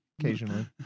Occasionally